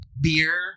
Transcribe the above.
Beer